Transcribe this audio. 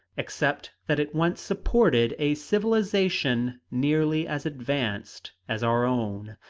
except that it once supported a civilization nearly as advanced as our own.